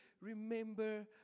Remember